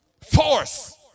Force